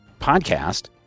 podcast